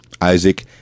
Isaac